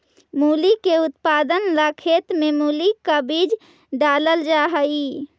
मूली के उत्पादन ला खेत में मूली का बीज डालल जा हई